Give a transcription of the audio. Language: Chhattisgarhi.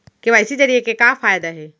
के.वाई.सी जरिए के का फायदा हे?